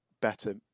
better